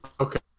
Okay